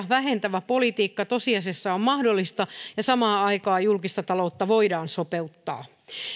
vähentävä politiikka tosiasiassa on mahdollista ja samaan aikaan julkista taloutta voidaan sopeuttaa